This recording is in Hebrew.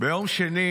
ביום שני